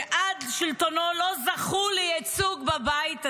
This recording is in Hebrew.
שעד שלטונו לא זכו לייצוג בבית הזה,